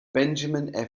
benjamin